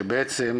שבעצם,